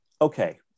Okay